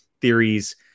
theories